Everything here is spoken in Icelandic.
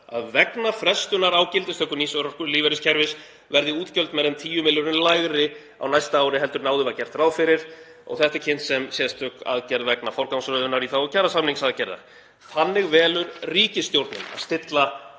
að vegna frestunar á gildistöku nýs örorkulífeyriskerfis verði útgjöld meira en 10 milljörðum lægri á næsta ári en áður var gert ráð fyrir. Þetta er kynnt sem sérstök aðgerð vegna forgangsröðunar í þágu kjarasamningsaðgerða. Þannig velur ríkisstjórnin að stilla